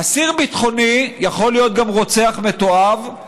אסיר ביטחוני יכול להיות גם רוצח מתועב,